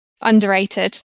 underrated